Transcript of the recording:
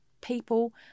people